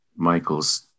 Michael's